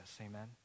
Amen